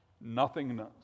nothingness